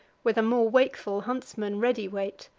where the more wakeful huntsmen ready wait,